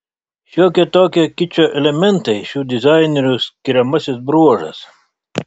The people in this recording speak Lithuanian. šiokie tokie kičo elementai šių dizainerių skiriamasis bruožas